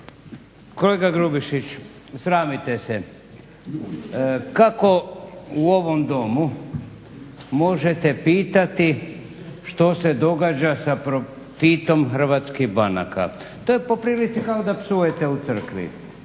Kolega Grubišić sramite se, kako u ovom Domu možete pitati što se događa sa profitom hrvatskih banaka. To je po prilici kao da psujete u crkvi.